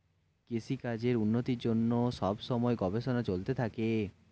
কৃষিকাজের উন্নতির জন্যে সব সময়ে গবেষণা চলতে থাকে